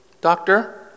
Doctor